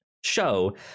show